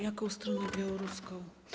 Jaką stronę białoruską?